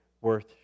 worth